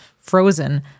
frozen